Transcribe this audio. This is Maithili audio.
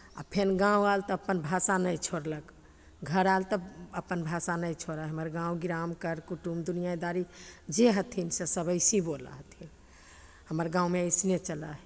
आओर फेन गाँव आयल त अपन भाषा नहि छोड़लक घर आयल तऽ अप्पन भाषा नहि छोड़य हमर गाँव गिराम कर कुटुम दुनिआँ दारी जे हथिन से सब ऐसिही बोलऽ हथिन हमर गाँवमे अइसने चलऽ हइ